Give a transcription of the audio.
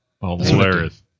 hilarious